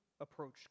approach